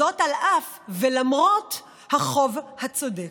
למרות החוב הצודק.